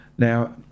Now